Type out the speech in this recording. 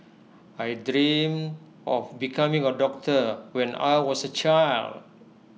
I dreamt of becoming A doctor when I was A child